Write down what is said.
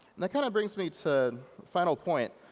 and that kind of brings me to final point,